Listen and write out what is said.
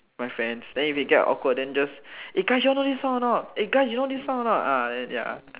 my friends then if they get awkward then just eh guys you all know this song or not eh guys you know this song or not ah then ya